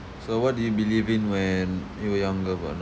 so what did you believe in when you were younger but